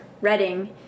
Reading